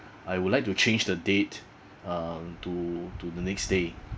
I would like to change the date uh to to the next day